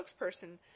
spokesperson